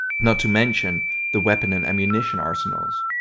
not to mention the weapon and ammunition arsenals.